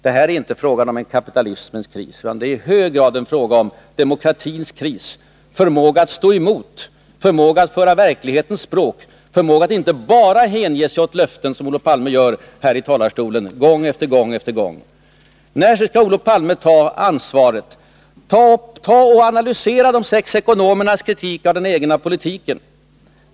Det är här inte fråga om en kapitalismens kris, utan det är i hög grad en fråga om demokratins kris, om demokratins förmåga att stå emot, förmåga att föra verklighetens språk, förmåga att inte bara hänge sig åt löften som Olof Palme gör här i talarstolen gång på gång. När skall Olof Palme ta ansvaret? Analysera de sex ekonomernas kritik av den egna politiken!